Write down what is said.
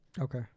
Okay